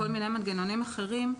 בכל מיני מנגנונים אחרים,